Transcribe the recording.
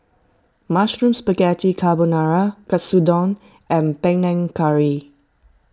Mushroom Spaghetti Carbonara Katsudon and Panang Curry